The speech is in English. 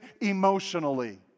emotionally